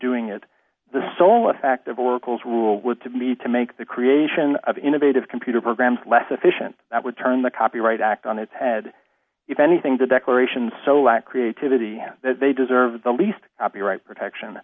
doing it the sole effect of oracle's rule would to be to make the creation of innovative computer programs less efficient that would turn the copyright act on its head if anything the declarations so that creativity that they deserve the least copyright protection